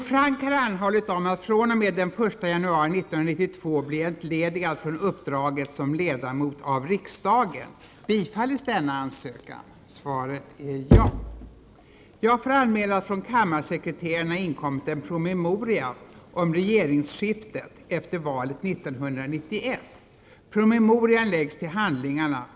Ärade kammarledamöter!